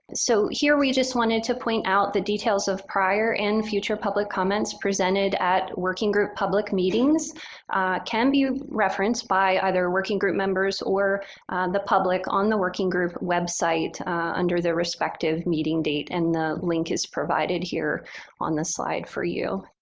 so, here we just wanted to point out that details of prior and future public comments presented at working group public meetings can be referenced by either working group members or the public on the working group website under their respective meeting date. and the link is provided here on the slide for you.